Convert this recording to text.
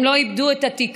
הם לא איבדו את התקווה.